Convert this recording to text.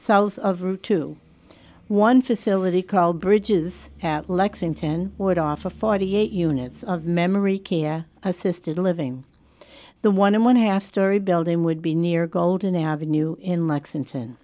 south of route two one facility called bridges at lexington would offer forty eight units of memory care assisted living the one in one half story building would be near golden avenue in lexington